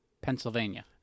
Pennsylvania